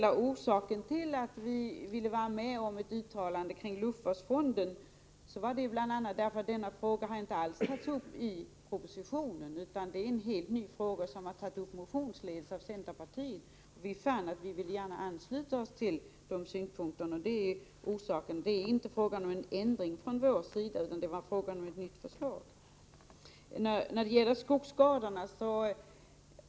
En orsak till att vi ville vara med om ett uttalande rörande luftvårdsfonden är att denna fråga inte har tagits upp i propositionen. Det är ju en helt ny fråga som kommit upp genom en motion från centerpartiet. Vi fann att vi gärna ville ansluta oss till motionärernas synpunkter. Det är alltså inte fråga om någon ändring från vår sida utan om ett ställningstagande till ett helt nytt förslag.